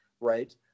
right